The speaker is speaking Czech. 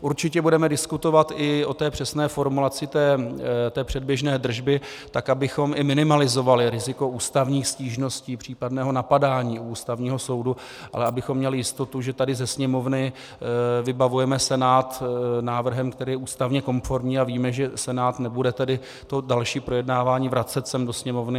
Určitě budeme diskutovat i o té přesné formulaci předběžné držby, tak abychom i minimalizovali riziko ústavních stížností, případného napadání u Ústavního soudu, ale abychom měli jistotu, že tady ze Sněmovny vybavujeme Senát návrhem, který je ústavně konformní, a víme, že Senát nebude to další projednávání vracet sem do Sněmovny.